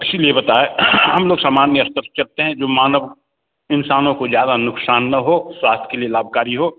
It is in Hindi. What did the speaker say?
इसी लिए बताए हम लोग सामान्य स्तर चकते हैं जो मानव इंसानों को ज़्यादा नुक़सान ना हो स्वास्थ्य के लिए लाभकारी हो